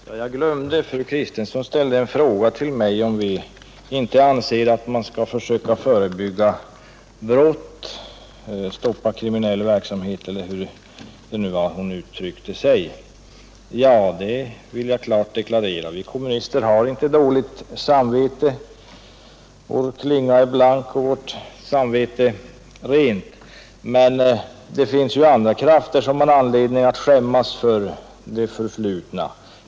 Herr talman! Jag glömde att fru Kristensson frågade mig om vi inte anser att man skall försöka förebygga brott, stoppa kriminell verksamhet eller hur hon nu uttryckte sig. Jo, det vill jag klart deklarera. Vi kommunister har inte dåligt samvete. Vår klinga är blank och vårt samvete är rent. Men det finns ju andra krafter som har anledning att skämmas för det förflutna.